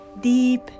deep